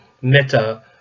meta